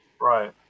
right